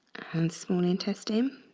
and small intestine.